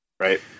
Right